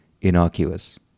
innocuous